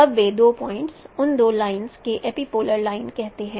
अब वे दो पॉइंट्स उन दो लाइनस को एपिपोलर लाइन कहते हैं